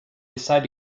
decide